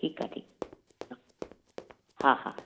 ठीकु आहे ठीकु आहे हा हा